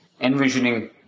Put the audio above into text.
envisioning